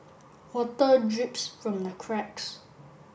water drips from the cracks